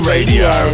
Radio